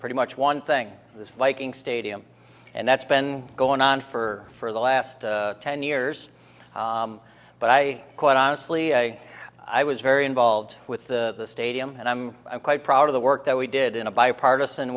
pretty much one thing this viking stadium and that's been going on for the last ten years but i quite honestly say i was very involved with the stadium and i'm quite proud of the work that we did in a bipartisan